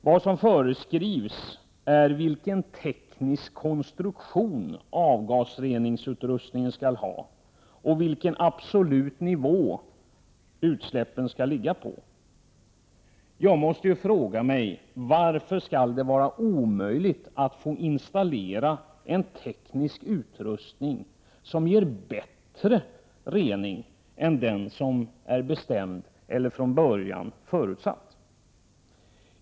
Vad som 149 ha och vad som är den maximala nivån för utsläppen. Jag måste fråga: Varför skall det vara omöjligt att få installera en teknisk utrustning som ger en avgasrening som är bättre än den som redan har bestämts eller från början förutsatts?